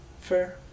fair